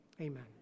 amen